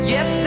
Yes